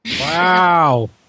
Wow